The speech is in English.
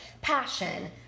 passion